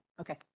Okay